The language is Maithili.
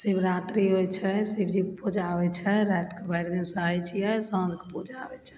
शिवरात्रि होइ छै शिवजी के पूजा होइ छै रातिके भरि दिन सहय छियै साँझके पूजा